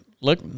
look